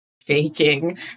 faking